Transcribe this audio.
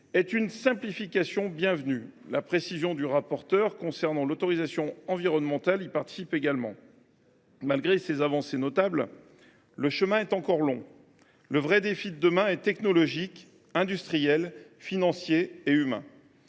est une simplification bienvenue. La précision du rapporteur concernant l’autorisation environnementale y participe également. Malgré ces avancées notables, le chemin est encore long. Le vrai défi de demain est technologique, industriel, financier et humain.